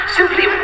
simply